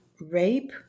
rape